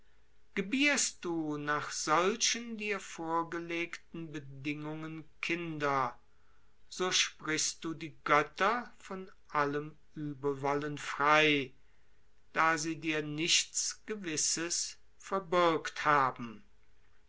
gebierst du nach solchen dir vorgelegten bedingungen kinder so sprichst du die götter von allem uebelwollen frei da sie dir nichts gewisses verbürgt haben